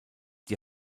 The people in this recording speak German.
die